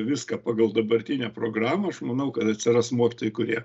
viską pagal dabartinę programą aš manau kad atsiras mokytojai kurie